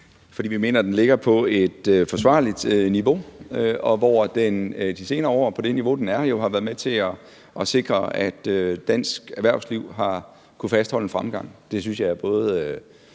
Fordi vi mener, at den ligger på et forsvarligt niveau, og hvor den jo de senere år på det niveau har været med til at sikre, at dansk erhvervsliv har kunnet fastholde en fremgang. Det synes jeg både